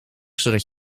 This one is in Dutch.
zodat